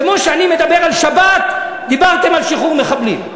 כמו שאני מדבר על שבת, דיברתם על שחרור מחבלים.